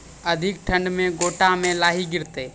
अधिक ठंड मे गोटा मे लाही गिरते?